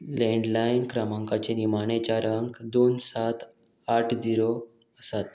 landline क्रमांकाचे निमाणे चार अंक दोन सात आठ झिरो आसात